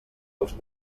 als